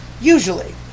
Usually